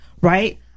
Right